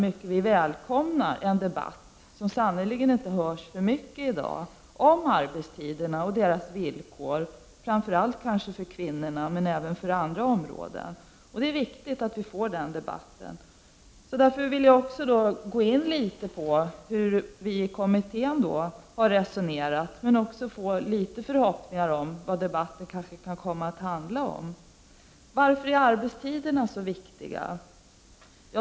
Men vi välkomnar en debatt, som sannerligen inte har hörts för mycket, om arbetstiderna, kanske speciellt vad gäller kvinnorna. Det är viktigt att få denna debatt. Jag vill sedan gå in på hur kommittén har resonerat och uttrycka en förhoppning om vad debatten kan komma att handla om. Varför är arbetstiderna så viktiga?